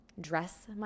dress